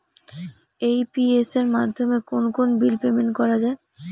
AEPS মাধ্যমে কোন কোন বিল পেমেন্ট করা যায়?